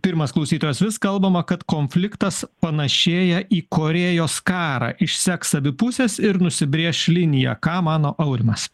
pirmas klausytojas vis kalbama kad konfliktas panašėja į korėjos karą išseks abi pusės ir nusibrėš liniją ką mano aurimas